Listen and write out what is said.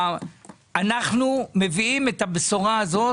אנחנו מביאים את הבשורה הזאת.